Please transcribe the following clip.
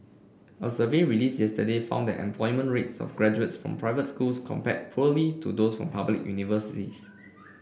a survey released yesterday found that employment rates of graduates from private schools compared poorly to those from public universities